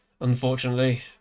unfortunately